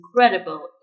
incredible